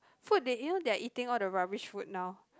so they you know they are eating all the rubbish food now